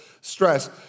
stress